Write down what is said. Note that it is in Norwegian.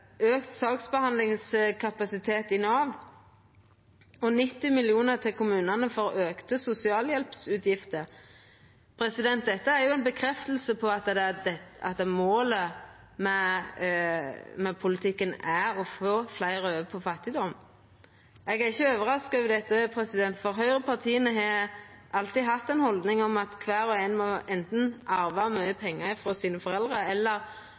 saksbehandlingskapasitet i Nav og 90 mill. kr til kommunane for auka utgifter til sosialhjelp. Dette bekreftar jo at målet med politikken er å få fleire over i fattigdom. Eg er ikkje overraska over dette, for høgrepartia har alltid hatt ei haldning om at kvar og ein anten må arva mykje pengar frå foreldra eller